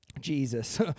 Jesus